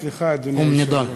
סליחה, אדוני.